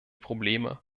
probleme